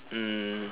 um